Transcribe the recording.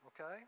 okay